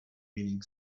meaning